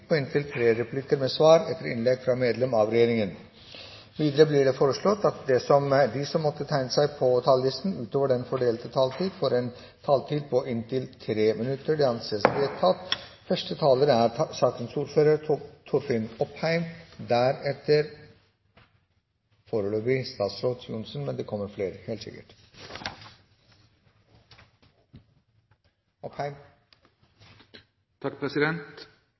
og inntil 5 minutter til medlem av regjeringen. Videre vil presidenten foreslå at det gis anledning til replikkordskifte på inntil tre replikker med svar etter innlegg fra medlem av regjeringen innenfor den fordelte taletid. Videre blir det foreslått at de som måtte tegne seg på talerlisten utover den fordelte taletid, får en taletid på inntil 3 minutter. – Det anses vedtatt. Saken vi nå behandler, er